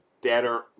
better